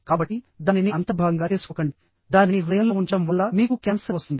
కాబట్టిదానిని అంతర్భాగంగా చేసుకోకండి దానిని హృదయంలో ఉంచడం వల్ల మీకు క్యాన్సర్ వస్తుంది